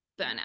burnout